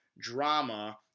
drama